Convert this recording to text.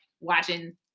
watching